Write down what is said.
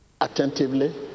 attentively